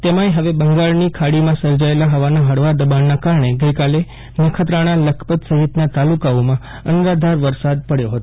તેમાંથ હવે બંગાળની ખાડીમાં સર્જાચેલા હવાના હળવા દબાણના કારણે ગઈકાલે નખત્રાણા લખપત સહિતના તાલુકાઓમાં અનરાધાર વરસાદ પડયો હતો